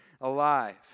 alive